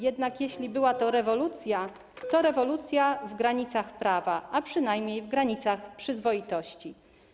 Jednak jeśli była to rewolucja, to rewolucja w granicach prawa, a przynajmniej w granicach przyzwoitości.